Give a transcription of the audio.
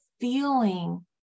feeling